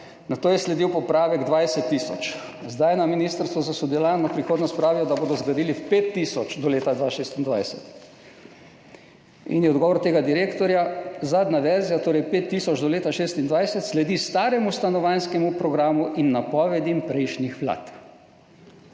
nato je sledil popravek 20 tisoč. Zdaj na Ministrstvu za solidarno prihodnost pravijo, da bodo zgradili 5 tisoč do leta 2026.« In je odgovor tega direktorja: »Zadnja verzija, torej 5 tisoč do leta 2026, sledi staremu stanovanjskemu programu in napovedim prejšnjih vlad.«